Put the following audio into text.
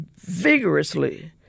vigorously